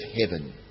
heaven